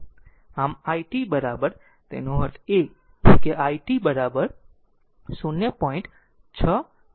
આમ i t તેનો અર્થ એ કે i t 0